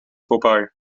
vorbei